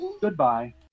Goodbye